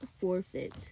forfeit